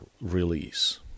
release